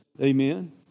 amen